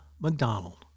McDonald